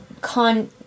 con